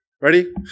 Ready